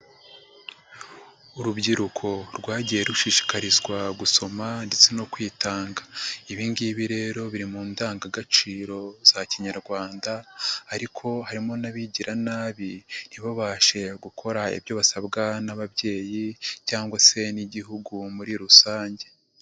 Urubyiruko rwagiye rushishikarizwa gusoma ndetse no kwitanga, ibingibi rero biri mu ndangagaciro za kinyarwanda, ariko harimo n'abagira nabi, ntibabashe gukora ibyo basabwa n'ababyeyi cyangwa se n'Igihugu muri rusange.